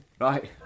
right